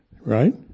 right